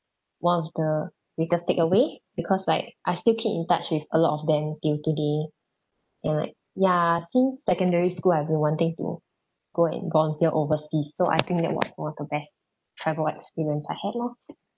one of the biggest takeaway because like I still keep in touch with a lot of them till today ya ya since secondary school I've been wanting to go and volunteer overseas so I think that was one of the best travel experience I had loh